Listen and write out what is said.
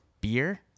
beer